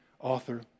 author